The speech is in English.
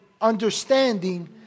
understanding